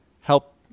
help